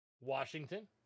Washington